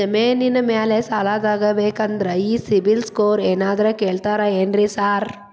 ಜಮೇನಿನ ಮ್ಯಾಲೆ ಸಾಲ ತಗಬೇಕಂದ್ರೆ ಈ ಸಿಬಿಲ್ ಸ್ಕೋರ್ ಏನಾದ್ರ ಕೇಳ್ತಾರ್ ಏನ್ರಿ ಸಾರ್?